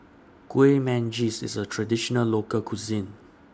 Kueh Manggis IS A Traditional Local Cuisine